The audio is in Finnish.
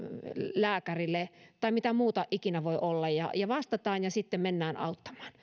lääkärille tai mitä muuta ikinä voi olla vastataan ja sitten mennään auttamaan